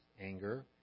anger